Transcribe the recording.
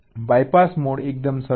BYPASS mode એકદમ સરળ છે